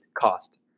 Cost